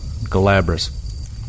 Galabras